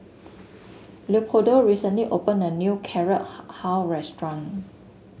Leopoldo recently opened a new Carrot Halwa restaurant